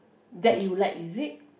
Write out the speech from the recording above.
that you like is it